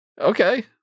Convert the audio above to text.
Okay